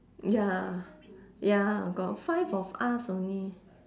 ya ya got five of us only